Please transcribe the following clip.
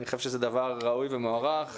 אני חושב שזה דבר ראוי ומוערך.